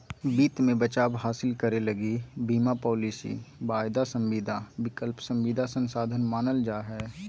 वित्त मे बचाव हासिल करे लगी बीमा पालिसी, वायदा संविदा, विकल्प संविदा साधन मानल जा हय